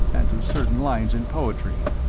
and to certain lines in poetry.